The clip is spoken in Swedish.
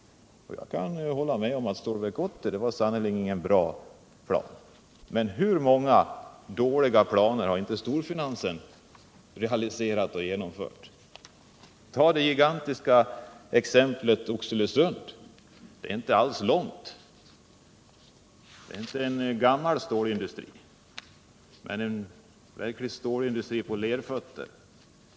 Jag kan hålla med om att planen till Stålverk 80 sannerligen inte var bra. Men hur många dåliga planer har inte storfinansen realiserat? Tag det gigantiska exemplet Oxelösund. Det ligger inte alls långt tillbaka i tiden. Det är ingen gammal stålindustri, men ändå är det verkligen en stålindustri på lerfötter.